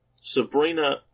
Sabrina